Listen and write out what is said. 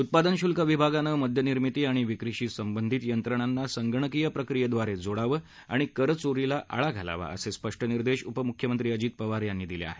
उत्पादन शुल्क विभागानं मद्यनिर्मीती आणि विक्रीशी संबंधित यंत्रणांना संगणकीय प्रक्रियेद्वारे जोडावं आणि करचोरीला आळा घालावा असे स्पष्ट निर्देश उपमुख्यमंत्री अजित पवार यांनी दिले आहेत